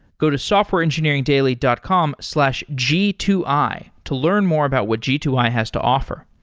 go to softwareengineeringdaily dot com slash g two i to learn more about what g two i has to offer.